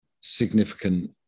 significant